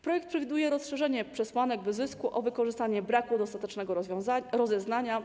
Projekt przewiduje rozszerzenie przesłanek wyzysku o wykorzystanie braku dostatecznego rozeznania.